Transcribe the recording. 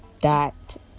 dot